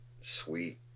sweet